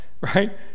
Right